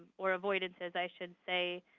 or avoidances, i should say.